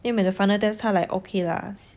then when the final test 他 like okay lah